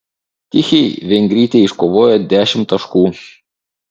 tichei vengrytė iškovojo dešimt taškų